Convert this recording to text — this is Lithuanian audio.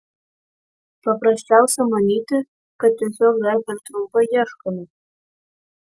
paprasčiausia manyti kad tiesiog dar per trumpai ieškome